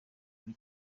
kuri